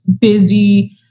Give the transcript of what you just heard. busy